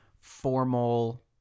formal